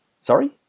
Sorry